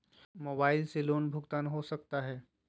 Mobile से loan भुगतान हो सकता है?